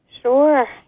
Sure